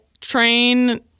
train